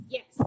Yes